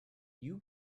you